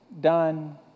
done